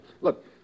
Look